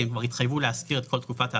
כי הם כבר התחייבו להשכיר את כל תקופת ההשכרה,